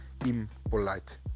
impolite